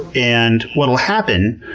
and what will happen,